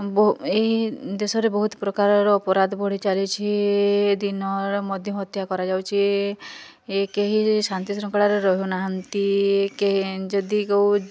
ବ ଏହି ଦେଶରେ ବହୁତ ପ୍ରକାରର ଅପରାଧ ବଢ଼ି ଚାଲିଛି ଦିନରେ ମଧ୍ୟ ହତ୍ୟା କରାଯାଉଛି ଏ କେହି ଶାନ୍ତିଶୃଙ୍ଖଳାରେ ରହୁନାହାଁନ୍ତି କେ ଯଦି କେଉଁ